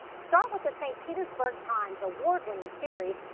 start with the st. petersburg times' award-winning series,